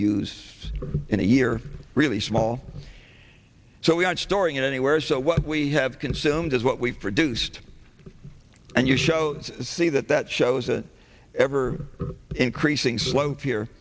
use in a year really small so we are storing it anywhere so what we have consumed is what we've produced and you showed see that that shows an ever increasing slope here